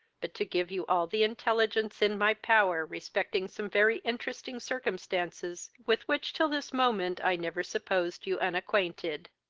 but to give you all the intelligence in my power respecting some very interesting circumstances with which till this moment i never supposed you unacquainted.